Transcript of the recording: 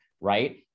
right